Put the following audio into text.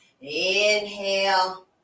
Inhale